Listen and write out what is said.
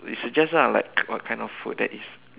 you suggest ah like what kind of food that is